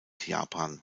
japan